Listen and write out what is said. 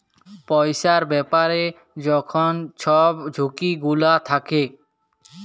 পইসার ব্যাপারে যখল ছব ঝুঁকি গুলা থ্যাকে